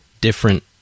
different